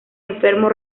enfermo